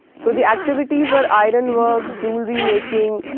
so, the activities were iron work, jewellery making,